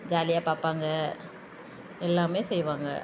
ஜாலியாக பார்ப்பாங்க எல்லாமே செய்வாங்க